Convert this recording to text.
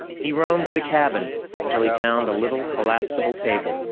he roamed the cabin until he found a little collapsible table.